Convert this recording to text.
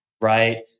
right